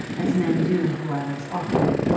as men do who are less awkward,